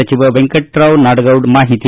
ಸಚಿವ ವೆಂಕಟರಾವ ನಾಡಗೌಡ ಮಾಹಿತಿ